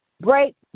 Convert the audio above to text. break